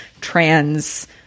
trans